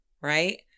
right